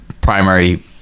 primary